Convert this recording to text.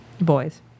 Boys